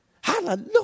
Hallelujah